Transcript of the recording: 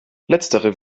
letztere